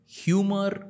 humor